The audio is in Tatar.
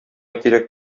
кирәк